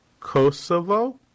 Kosovo